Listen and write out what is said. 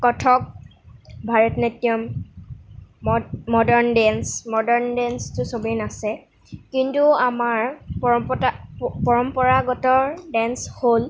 কথক ভাৰতনাট্য়ম ম modern dance modern ডেন্সটো চবেই নাচে কিন্তু আমাৰ পৰম্পতা পৰম্পৰাগত ডেন্স হ'ল